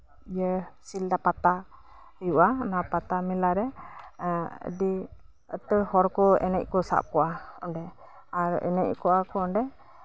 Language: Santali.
ᱤᱭᱟᱹ ᱥᱤᱞᱫᱟᱹ ᱯᱟᱛᱟ ᱦᱩᱭᱩᱜᱼᱟ ᱚᱱᱟ ᱯᱟᱛᱟᱨᱮ ᱟᱹᱰᱤ ᱮᱛᱚ ᱦᱚᱲ ᱮᱱᱮᱡ ᱠᱚ ᱥᱟᱵ ᱠᱚᱜᱼᱟ ᱟᱨ ᱮᱱᱮᱡ ᱠᱚᱜᱼᱟ ᱠᱚ ᱚᱱᱰᱮ